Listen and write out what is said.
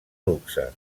luxe